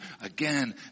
again